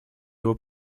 его